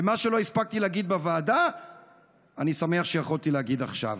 ומה שלא הספקתי להגיד בוועדה אני שמח שיכולתי להגיד עכשיו.